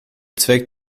zweck